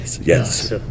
Yes